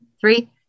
three